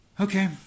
Okay